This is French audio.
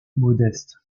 modeste